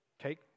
take